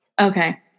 okay